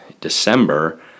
December